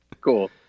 cool